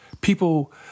People